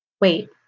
wait